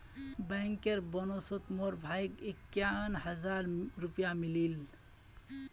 bankers बोनसोत मोर भाईक इक्यावन हज़ार रुपया मिलील